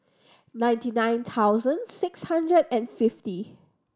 ninety nine thousand six hundred and fifty